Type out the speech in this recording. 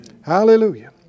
Hallelujah